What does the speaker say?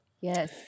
Yes